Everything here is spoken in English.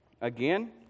again